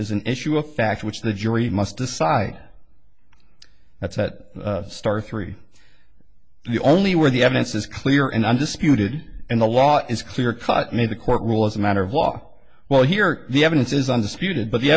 is an issue of fact which the jury must decide that's at star three the only where the evidence is clear and undisputed and the law is clear cut me the court rule as a matter of law well here the evidence is undisputed but the